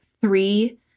three